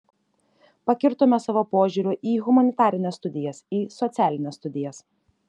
pakirtome savo požiūriu į humanitarines studijas į socialines studijas